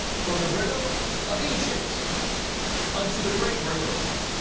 from the river of egypt unto the great river,